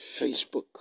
facebook